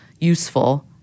useful